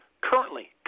Currently